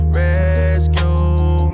rescue